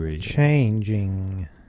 changing